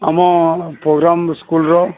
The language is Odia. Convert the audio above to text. ଆମ ପ୍ରୋଗାମ୍ ସ୍କୁଲ୍ର